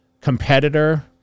competitor